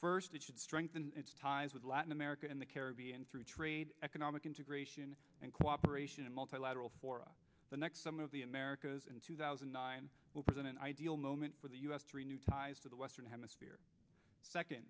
firstly should strengthen its ties with latin america and the caribbean through trade economic integration and cooperation in multilateral fora the next summer of the americas in two thousand and nine will present an ideal moment for the u s three new ties to the western hemisphere second